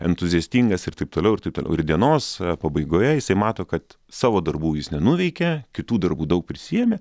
entuziastingas ir taip toliau ir taip toliau ir dienos pabaigoje jisai mato kad savo darbų jis nenuveikė kitų darbų daug prisiėmė